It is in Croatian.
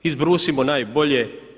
Izbrusimo najbolje.